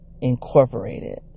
incorporated